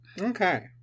Okay